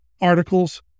articles